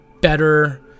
better